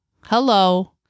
Hello